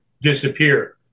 disappear